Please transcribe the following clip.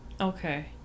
Okay